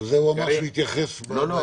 לזה הוא אמר שהוא יתייחס בהמשך.